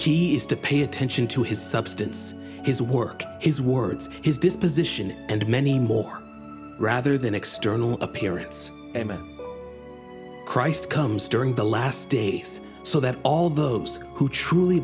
key is to pay attention to his substance his work his words his disposition and many more rather than external appearance christ comes during the last days so that all those who truly